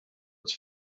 its